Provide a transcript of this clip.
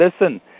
listen